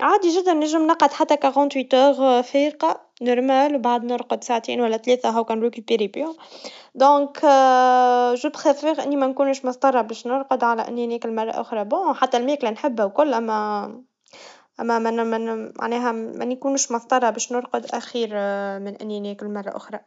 عادي جدا ننجم نقعد حتى كارونت ايتير فيق, نرمال وبعدين نرقد ساعتين ولا تلاتة, هكا نروق جيد جداً, لذلك انا بفضل إني منكونش مضطرا نرقد على إني ناكل مرة أخرى, جيد؟ حتى الماكلا نحبها كلها ما, أما منا- منا- ماهي- منكونش مضطرا باش نرقد أخير مني ناكل مرا أخرى.